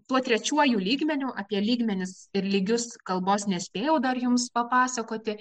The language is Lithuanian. tuo trečiuoju lygmeniu apie lygmenis ir lygius kalbos nespėjau dar jums papasakoti